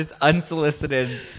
unsolicited